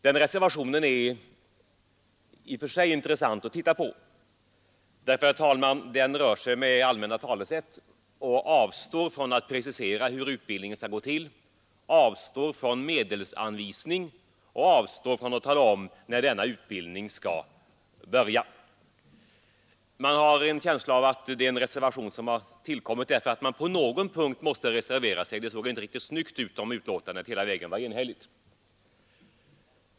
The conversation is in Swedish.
Den reservationen är i och för sig intressant att titta på. Den rör sig med allmänna talesätt och avstår från att precisera hur utbildningen skall gå till, den avstår från medelsanvisning, och den avstår från att tala om när denna utbildning skall börja. Man får en känsla av att reservationen tillkommit för att tillgodose ett behov av att åtminstone på någon punkt reservera sig. Det såg inte riktigt snyggt ut att betänkandet var enhälligt.